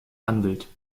handelt